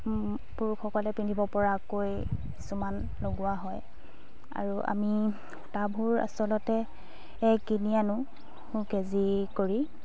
পুৰুষসকলে পিন্ধিব পৰাকৈ কিছুমান লগোৱা হয় আৰু আমি সূটাবোৰ আচলতে কিনি আনো কেজি কৰি